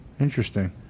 interesting